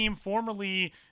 Formerly